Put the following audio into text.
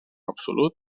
absolut